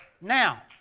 Now